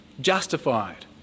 justified